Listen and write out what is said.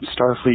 Starfleet